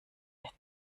wird